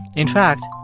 in fact,